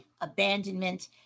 abandonment